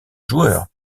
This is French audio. joueurs